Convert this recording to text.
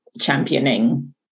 championing